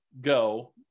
go